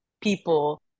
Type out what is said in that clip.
people